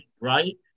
right